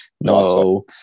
No